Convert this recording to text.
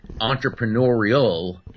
entrepreneurial